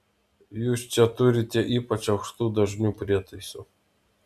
jūs čia turite ypač aukštų dažnių prietaisų